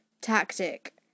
tactic